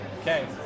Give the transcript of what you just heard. Okay